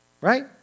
Right